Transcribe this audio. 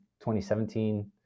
2017